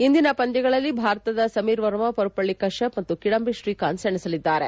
ಇಂದಿನ ಪಂದ್ಯಗಳಲ್ಲಿ ಭಾರತದ ಸಮೀರ್ ವರ್ಮಾ ಪರುಪಳ್ಳಿ ಕತ್ವಪ್ ಮತ್ತು ಕಿಡಂಬಿ ಶ್ರೀಕಾಂತ್ ಸೆಣಸಲಿದ್ದಾರೆ